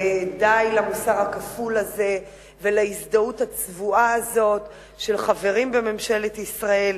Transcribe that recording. ודי למוסר הכפול הזה ולהזדהות הצבועה הזאת של חברים בממשלת ישראל.